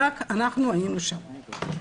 רק אנחנו היינו שם.